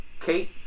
Kate